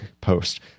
post